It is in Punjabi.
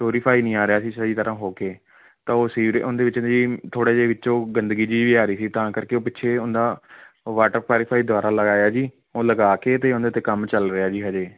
ਪੋਰੀਫਾਈ ਨਹੀਂ ਆ ਰਿਹਾ ਸੀ ਸਹੀ ਤਰ੍ਹਾਂ ਹੋ ਕੇ ਤਾਂ ਉਹ ਸੀ ਉਹਦੇ ਵਿੱਚ ਥੋੜ੍ਹੇ ਜਿਹੇ ਵਿੱਚੋਂ ਗੰਦਗੀ ਜੀ ਵੀ ਆ ਰਹੀ ਸੀ ਤਾਂ ਕਰਕੇ ਉਹ ਪਿੱਛੇ ਹੁੰਦਾ ਵਾਟਰ ਪੈਰੀਫਾਈ ਦੁਬਾਰਾ ਲਗਾਇਆ ਜੀ ਉਹ ਲਗਾ ਕੇ ਅਤੇ ਉਹਦੇ 'ਤੇ ਕੰਮ ਚੱਲ ਰਿਹਾ ਜੀ ਹਜੇ